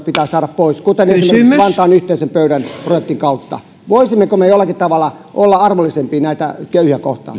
pitää saada pois kuten esimerkiksi vantaan yhteisen pöydän projektin kautta voisimmeko me jollakin tavalla olla armollisempia näitä köyhiä kohtaan